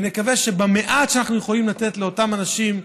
ונקווה שהמעט שאנחנו יכולים לתת לאותם אנשים,